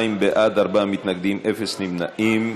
32 בעד, ארבעה מתנגדים, אין נמנעים.